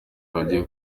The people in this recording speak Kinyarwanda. bagiye